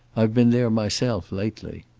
i've been there myself, lately.